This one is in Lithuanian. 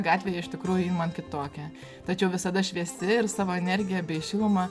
gatvėje iš tikrųjų ji man kitokia tačiau visada šviesi ir savo energija bei šiluma